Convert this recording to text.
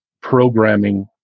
programming